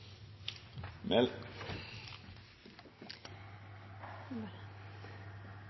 seg om de